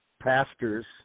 pastors